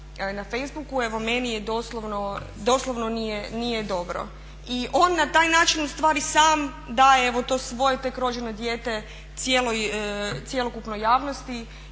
na facebooku evo meni je doslovno, doslovno nije dobro. I on na taj način ustvari sam daje evo to svoje tek rođeno dijete cjelokupnoj javnosti